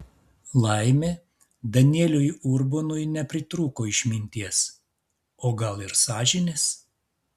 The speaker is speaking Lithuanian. laimė danieliui urbonui nepritrūko išminties o gal ir sąžinės